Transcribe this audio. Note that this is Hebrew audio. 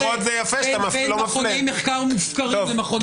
בית המשפט יכול לעשות מה שהוא רוצה כשאין הגדרה ובזה אתה תומך.